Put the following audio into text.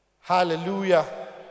Hallelujah